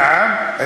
נעם?